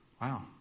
Wow